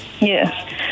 yes